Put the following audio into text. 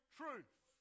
truth